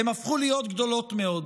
הן הפכו להיות גדולות מאוד,